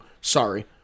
Sorry